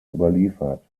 überliefert